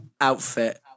outfit